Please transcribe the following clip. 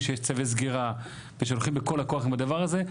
שיש צווי סגירה ושהולכים בכל הכוח עם הדבר הזה,